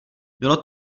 bylo